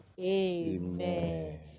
Amen